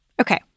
Okay